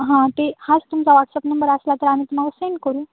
हा ते हाच तुमचा व्हॉट्सअप नंबर असला तर आम्ही तुम्हाला सेंड करू